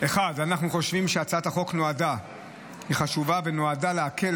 1. אנחנו חושבים שהצעת החוק היא חשובה ונועדה להקל